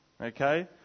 Okay